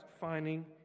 finding